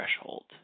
threshold